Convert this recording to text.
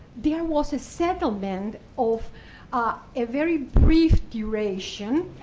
there was a settlement of ah a very brief duration.